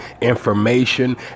information